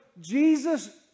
Jesus